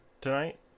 tonight